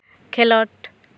ᱠᱷᱮᱞᱚᱸᱰ